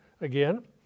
again